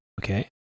okay